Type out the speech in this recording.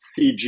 CG